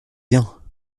bien